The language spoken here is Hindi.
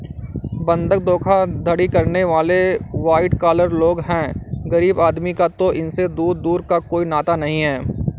बंधक धोखाधड़ी करने वाले वाइट कॉलर लोग हैं गरीब आदमी का तो इनसे दूर दूर का कोई नाता नहीं है